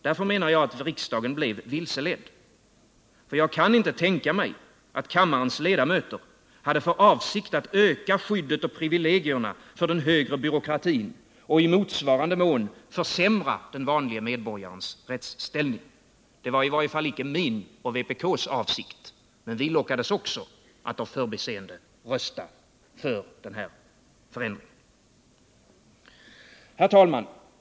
Därför menar jag att riksdagen blev vilseledd, för jag kan inte tänka mig att kammarens ledamöter hade för avsikt att öka skyddet och privilegierna för den högre byråkratin och i motsvarande mån försämra den vanlige medborgarens rättsställning. Det var i varje fall icke min och vpk:s avsikt, men vi lockades också av förbiseende att rösta för den här förändringen. Herr talman!